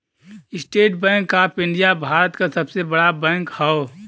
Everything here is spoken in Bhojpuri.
estate bank of India Bharat क सबसे बड़ा बैंक हौ